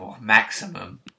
maximum